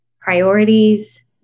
priorities